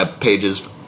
pages